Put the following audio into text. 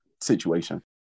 situation